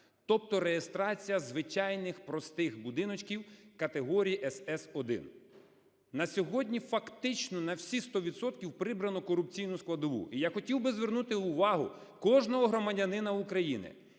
Тобто реєстрація звичайних простих будиночків категорії СС1. На сьогодні фактично на всі 100 відсотків прибрано корупційну складову. І я хотів би звернути увагу кожного громадянина України,